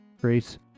grace